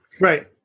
Right